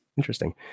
Interesting